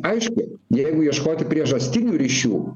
aišku jeigu ieškoti priežastinių ryšių